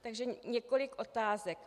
Takže několik otázek: